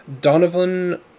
donovan